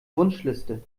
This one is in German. wunschliste